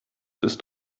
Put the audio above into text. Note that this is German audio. ist